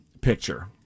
picture